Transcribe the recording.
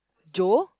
Joe